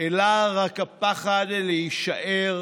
אלא רק הפחד להישאר,